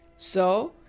so,